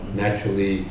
naturally